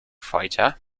fighter